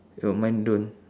oh mine don't